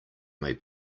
may